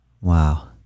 wow